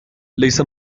ليس